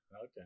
okay